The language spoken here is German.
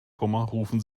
rufen